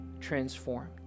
transformed